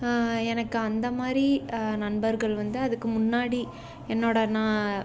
எனக்கு அந்த மாதிரி நண்பர்கள் வந்து அதுக்கு முன்னாடி என்னோட நான்